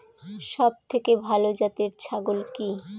সবথেকে ভালো জাতের ছাগল কি?